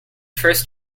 first